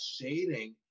shading